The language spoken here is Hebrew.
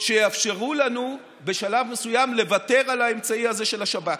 שיאפשרו לנו בשלב מסוים לוותר על האמצעי הזה של השב"כ.